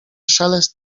szelest